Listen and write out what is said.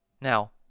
now